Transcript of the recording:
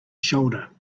shoulder